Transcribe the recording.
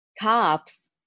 cops